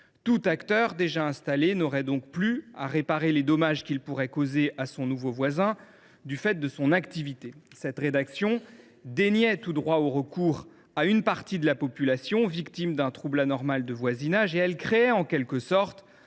Tout acteur déjà installé n’aurait donc plus à réparer les dommages qu’il pourrait causer à son nouveau voisin du fait de son activité. Cette rédaction déniait tout droit de recours à une partie de la population victime d’un trouble anormal de voisinage et créait, en quelque sorte,